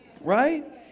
Right